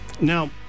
Now